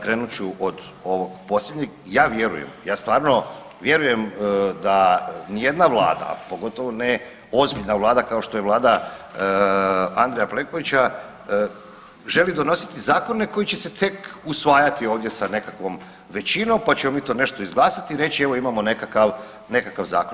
Krenut ću od ovog posljednjeg, ja vjerujem ja stvarno vjerujem da nijedna vlada, a pogotovo ne ozbiljna vlada kao što je Vlada Andreja Plenkovića želi donositi zakone koji će se tek usvajati ovdje sa nekakvom većinom pa ćemo mi to nešto izglasati i reći evo imamo nekakav zakon.